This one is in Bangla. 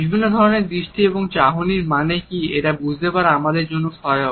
বিভিন্ন ধরনের দৃষ্টি এবং চাহনির মানে কি এটি বুঝতে পারা আমাদের জন্য সহায়ক